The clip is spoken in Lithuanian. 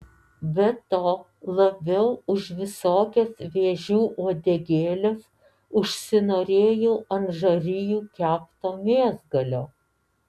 be to labiau už visokias vėžių uodegėles užsinorėjau ant žarijų kepto mėsgalio